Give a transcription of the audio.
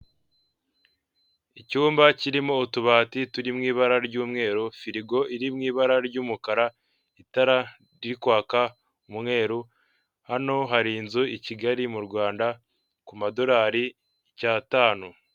Icyumba kirimo utubati turi mu ibara ry'umweru, firigo iri mu ibara ry'umukara, itara riri kwaka umweru, hano hari inzu i Kigali mu Rwanda ku madorari icyatanu.